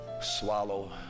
swallow